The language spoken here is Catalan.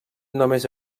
només